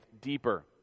deeper